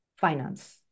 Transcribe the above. finance